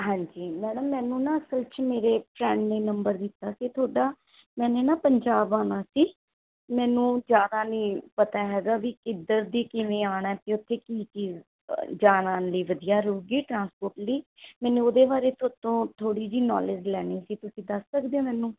ਹਾਂਜੀ ਮੈਡਮ ਮੈਨੂੰ ਨਾ ਅਸਲ 'ਚ ਮੇਰੇ ਫਰੈਂਡ ਨੇ ਨੰਬਰ ਦਿੱਤਾ ਸੀ ਤੁਹਾਡਾ ਮੈਨੇ ਨਾ ਪੰਜਾਬ ਆਉਣਾ ਸੀ ਮੈਨੂੰ ਜ਼ਿਆਦਾ ਨਹੀਂ ਪਤਾ ਹੈਗਾ ਵੀ ਕਿੱਧਰ ਦੀ ਕਿਵੇਂ ਆਉਣਾ ਅਤੇ ਉੱਥੇ ਕੀ ਕੀ ਜਾਣ ਆਉਣ ਲਈ ਵਧੀਆ ਰਹੇਗੀ ਟ੍ਰਾਂਸਪੋਟ ਲਈ ਮੈਨੂੰ ਉਹਦੇ ਬਾਰੇ ਥੋਤੋਂ ਥੋੜ੍ਹੀ ਜਿਹੀ ਨੌਲੇਜ ਲੈਣੀ ਸੀ ਤੁਸੀਂ ਦੱਸ ਸਕਦੇ ਹੋ ਮੈਨੂੰ